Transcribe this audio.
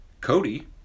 Cody